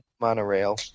monorail